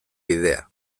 bidea